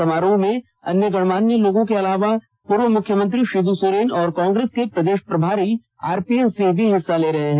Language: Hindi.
समारोह में अन्य गणमान्य लोगों के अलावा पूर्व मुख्यमंत्री शिबू सोरेन और कांग्रेस के प्रदेश प्रभारी आरपीएन सिंह भी हिस्सा ले रहे हैं